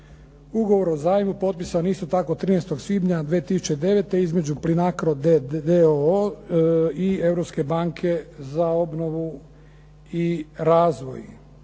Ugovor o zajmu potpisan je isto tako 13. svibnja 2009. između Plinacro d.o.o. i Europske banke za obnovu i razvoj.